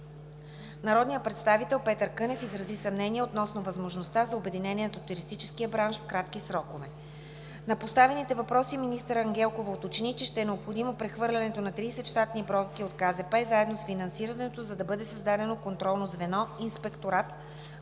Народният представител Петър Кънев изрази съмнение относно възможността за обединение на туристическия бранш в кратки срокове. На поставените въпроси министър Ангелкова уточни, че ще е необходимо прехвърлянето на 30 щатни бройки от Комисията за защита на потребителите, заедно с финансирането, за да бъде създадено контролно звено (инспекторат)